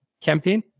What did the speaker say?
campaign